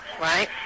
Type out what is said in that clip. right